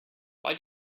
why